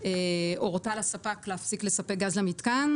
הורתה לספק להפסיק לספק גז למתקן,